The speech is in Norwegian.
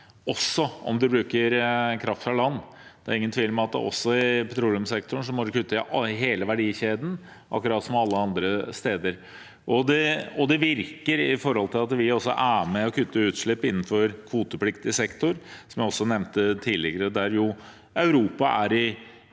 også om man bruker kraft fra land. Det er ingen tvil om at også i petroleumssektoren må man kutte i hele verdikjeden, akkurat som alle andre steder. Det virker ved at vi også er med og kutter utslipp innenfor kvotepliktig sektor, som jeg også nevnte tidligere. Europa er